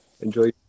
Enjoy